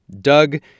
Doug